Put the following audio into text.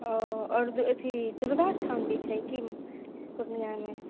ओ आओर अथी दुर्गा स्थान भी छै की पूर्णियामे